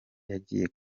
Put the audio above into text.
yagiye